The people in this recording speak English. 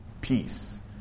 Peace